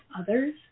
others